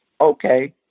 Okay